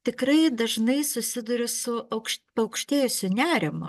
tikrai dažnai susiduriu su aukš paaukštėjusiu nerimu